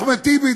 אחמד טיבי,